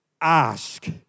ask